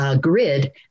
grid